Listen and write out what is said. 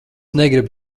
negrib